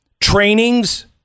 trainings